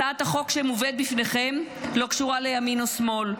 הצעת החוק שמובאת בפניכם לא קשורה לימין או לשמאל,